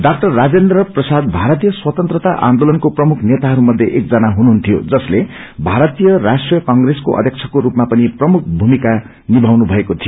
डा राजेन्द्र प्रसाद भारीतयस्वतन्त्रता आन्दोलनका प्रमुख नेताहरू मध्सये एकजना हुनुहन्थ्यो जसले भारतीय राष्ट्रिय कांग्रेसको अध्यक्षको रूपामा पनि प्रमुख भूमिका निभाउनु भएको थियो